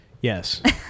Yes